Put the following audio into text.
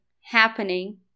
happening